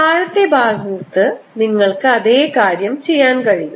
താഴത്തെ ഭാഗത്ത് നിങ്ങൾക്ക് അതേ കാര്യം ചെയ്യാൻ കഴിയും